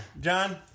John